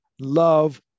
love